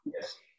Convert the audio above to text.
Yes